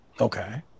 Okay